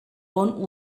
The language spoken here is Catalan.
bon